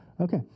Okay